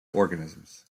organisms